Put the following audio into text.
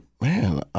man